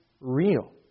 real